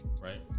right